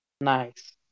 Nice